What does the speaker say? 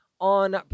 On